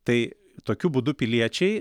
tai tokiu būdu piliečiai